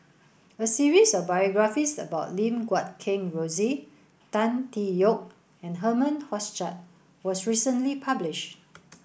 a series of biographies about Lim Guat Kheng Rosie Tan Tee Yoke and Herman Hochstadt was recently published